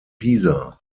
pisa